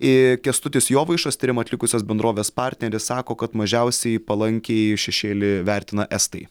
eee kęstutis jovaišas tyrimą atlikusios bendrovės partneris sako kad mažiausiai palankiai šešėlį vertina estai